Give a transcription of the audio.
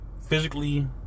physically